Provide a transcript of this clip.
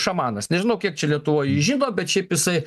šamanas nežinau kiek čia lietuvoj jį žino bet šiaip jisai